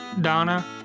Donna